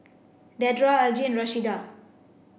Dedra Algie Rashida